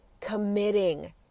committing